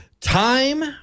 time